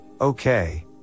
okay